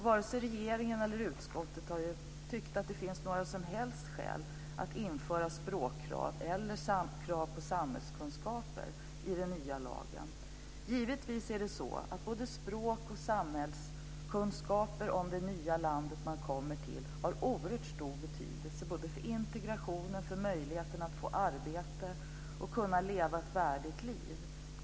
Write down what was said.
Varken regeringen eller utskottet har tyckt att det finns några som helst skäl att i den nya lagen införa språkkrav eller krav på samhällskunskaper. Givetvis är det så att både språk och samhällskunskaper om det nya land som man kommer till har oerhört stor betydelse både för integrationen och för möjligheterna att få arbete och leva ett värdigt liv.